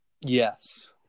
Yes